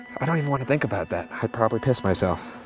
i don't even wanna think about that. i'd probably piss myself.